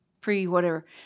pre-whatever